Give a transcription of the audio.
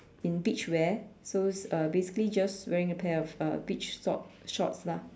in beach wear so uh basically just wearing a pair of uh beach short shorts lah